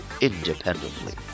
independently